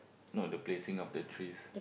no the placing of the trees